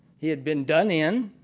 he had been done in,